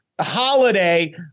holiday